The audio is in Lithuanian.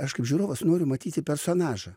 aš kaip žiūrovas noriu matyti personažą